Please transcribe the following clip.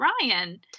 Ryan